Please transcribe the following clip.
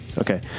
Okay